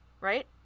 Right